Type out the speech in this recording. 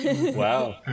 Wow